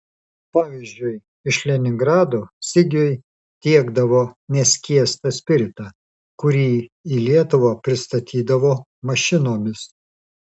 pavyzdžiui iš leningrado sigiui tiekdavo neskiestą spiritą kurį į lietuvą pristatydavo mašinomis